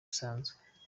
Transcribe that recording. isanzwe